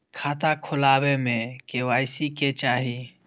खाता खोला बे में के.वाई.सी के चाहि?